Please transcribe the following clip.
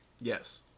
Yes